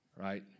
Right